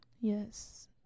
Yes